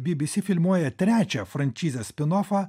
bbc filmuoja trečią frančizės spinofą